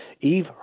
Eve